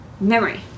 memory